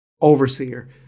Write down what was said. overseer